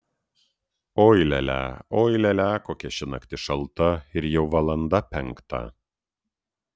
oi lia lia oi lia lia kokia ši naktis šalta ir jau valanda penkta